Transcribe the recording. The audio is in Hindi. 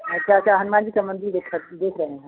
अच्छा अच्छा हनुमान जी का मंदिर देखा देख रहे हैं